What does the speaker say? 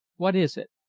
what is it?